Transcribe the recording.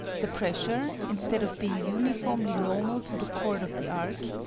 the pressure, instead of being uniformly normal to the chord of the arc,